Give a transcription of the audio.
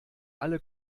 alle